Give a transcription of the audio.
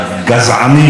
הגזענים,